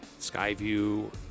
Skyview